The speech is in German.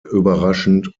überraschend